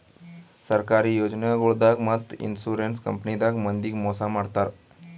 ಸರ್ಕಾರಿ ಯೋಜನಾಗೊಳ್ದಾಗ್ ಮತ್ತ್ ಇನ್ಶೂರೆನ್ಸ್ ಕಂಪನಿದಾಗ್ ಮಂದಿಗ್ ಮೋಸ್ ಮಾಡ್ತರ್